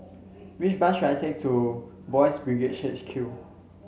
which bus should I take to Boys' Brigade H Q